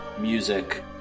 music